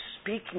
speaking